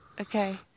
Okay